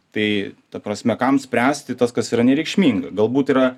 tai ta prasme kam spręsti tas kas yra nereikšminga galbūt yra